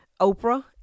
Oprah